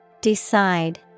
Decide